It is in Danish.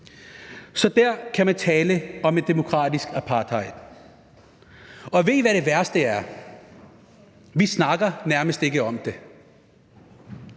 Så der kan man tale om et demokratisk apartheid. Og ved I, hvad det værste er? Vi snakker nærmest ikke om det.